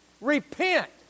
Repent